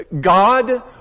God